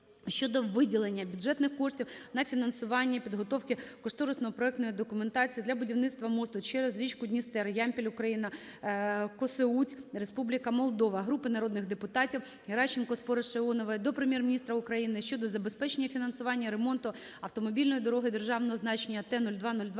щодо виділення бюджетних коштів на фінансування підготовки кошторисно-проектної документації для будівництва мосту через річку Дністер (Ямпіль (Україна) - Косеуць (Республіка Молдова)). Групи народних депутатів (Геращенко, Спориша, Іонової) до Прем'єр-міністра України щодо забезпечення фінансування ремонту автомобільної дороги державного значення Т-02-02